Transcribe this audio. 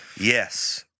Yes